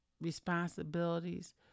responsibilities